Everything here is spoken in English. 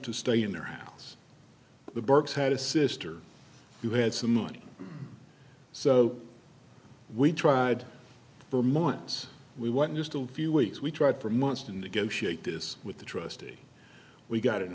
to stay in their house the burkes had a sister who had some money so we tried for months we went just a few weeks we tried for months to negotiate this with the trustee we got an